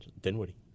Dinwiddie